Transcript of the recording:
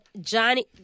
Johnny